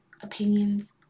opinions